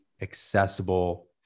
accessible